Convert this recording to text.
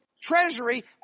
treasury